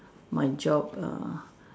my job err